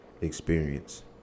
experience